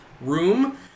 room